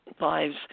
lives